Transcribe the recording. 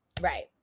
Right